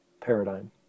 paradigm